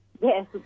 Yes